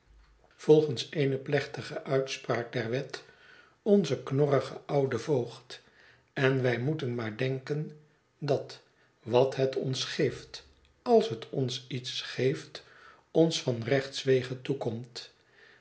volgens eene plechtige uitspraak der wet onze knorrige oude voogd en wij moeten maar denken dat wat het ons geeft als het ons iets geeft ons van rechtswege toekomt